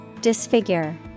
Disfigure